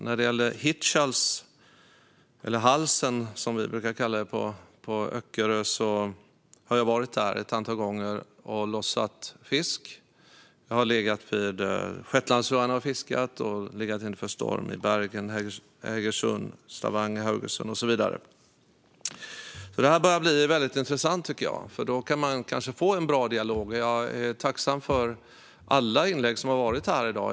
Jag har varit i Hirtshals - eller Halsen, som vi på Öckerö brukar kalla det - ett antal gånger och lossat fisk. Jag har legat vid Shetlandsöarna och fiskat och legat inne för storm i Bergen, Stavanger och Haugesund. Jag är tacksam för alla inlägg som har varit här i dag.